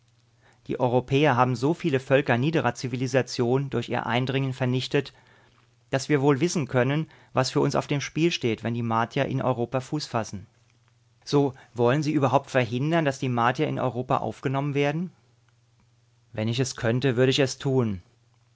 die europäer haben so viele völker niederer zivilisation durch ihr eindringen vernichtet daß wir wohl wissen können was für uns auf dem spiel steht wenn die martier in europa fuß fassen so wollen sie überhaupt verhindern daß die martier in europa aufgenommen werden wenn ich es könnte würde ich es tun